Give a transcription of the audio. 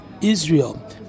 Israel